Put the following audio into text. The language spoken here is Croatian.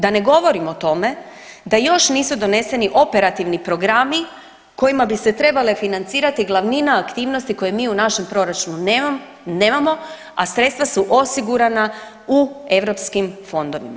Da ne govorim o tome da još nisu doneseni operativni programi kojima bi se trebale financirati glavnina aktivnosti koje mi u našem proračunu nemamo, a sredstva su osigurana u EU fondovima.